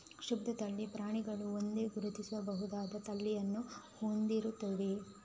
ಶುದ್ಧ ತಳಿ ಪ್ರಾಣಿಗಳು ಒಂದೇ, ಗುರುತಿಸಬಹುದಾದ ತಳಿಯನ್ನು ಹೊಂದಿರುತ್ತವೆ